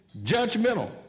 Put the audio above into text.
judgmental